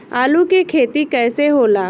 आलू के खेती कैसे होला?